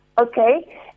okay